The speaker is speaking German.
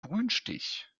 grünstich